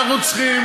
אנחנו צריכים,